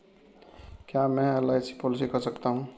क्या मैं LIC policy कर सकता हूं?